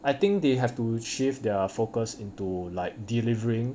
I think they have to shift their focus into like delivering